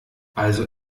also